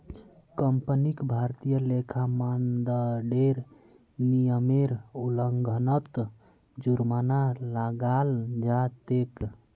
कंपनीक भारतीय लेखा मानदंडेर नियमेर उल्लंघनत जुर्माना लगाल जा तेक